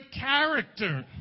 character